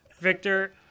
Victor